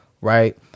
Right